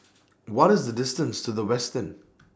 What IS The distance to The Westin